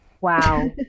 Wow